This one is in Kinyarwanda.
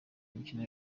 imikino